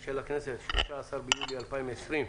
של הכנסת, 13 ביולי 2020,